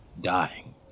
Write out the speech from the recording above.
dying